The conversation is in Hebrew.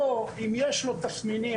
או אם יש לו תסמינים,